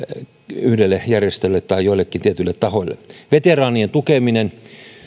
yhdelle järjestölle tai joillekin tietyille tahoille veteraanien tukeminen